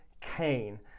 Cain